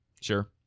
sure